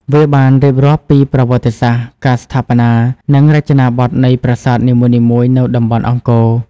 វាបានរៀបរាប់ពីប្រវត្តិសាស្ត្រ ការស្ថាបនា និងរចនាបថនៃប្រាសាទនីមួយៗនៅតំបន់អង្គរ។